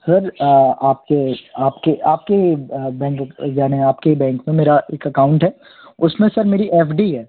sir आपके आपके आपके बैंक यानी आपके ही बैंक में मेरा एक अकाउंट है उसमें सर मेरी एफ डी है